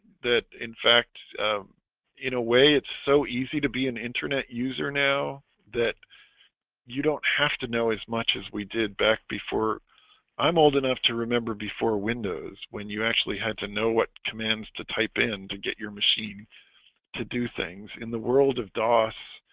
that in in a way, it's so easy to be an internet user now that you don't have to know as much as we did back before i'm old enough to remember before windows when you actually had to know what commands to type in to get your machine to do things in the world of daus